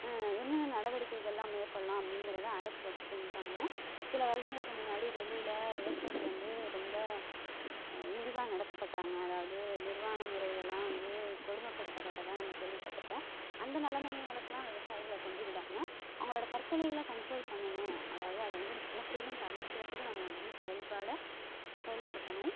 என்னென்ன நடவடிக்கைகளெலாம் மேற்கொள்ளலாம் அப்படிங்கறத அரசு ஃபஸ்ட் திங்க் பண்ணணும் சில வருடங்களுக்கு முன்னாடி டெல்லியில் விவசாயிகள் வந்து ரொம்ப இழிவா நடத்தப்பட்டாங்க அதாவது நிர்வாண முறையிலெலாம் வந்து கொடுமைப்படுத்தப்பட்டதாக நம்ம கேள்விப்பட்டிருப்போம் அந்த நிலைமையிங்களுக்குலாம் விவசாயிகளை கொண்டு விடாமல் அவர்களோட தற்கொலைகளை கண்ட்ரோல் பண்ணணும் அதாவது அது வந்து முற்றிலும் தவிர்க்கிறதுக்கு நம்ம வந்து செயல்பட செயல்படுத்தணும்